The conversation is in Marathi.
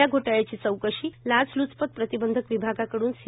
या घोटाळ्याची चौकशी लाचलच्पत प्रतिबंध विभागाकडुन सी